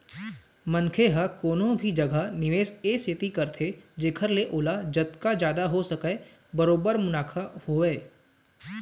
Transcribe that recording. मनखे ह कोनो भी जघा निवेस ए सेती करथे जेखर ले ओला जतका जादा हो सकय बरोबर मुनाफा होवय